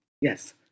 Yes